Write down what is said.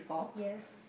yes